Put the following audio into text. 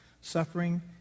Suffering